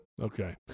Okay